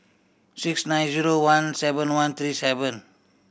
six nine zero one seven one three seven